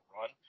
run